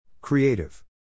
Creative